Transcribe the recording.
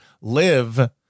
live